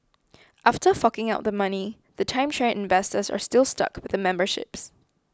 after forking out the money the timeshare investors are still stuck with the memberships